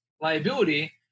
liability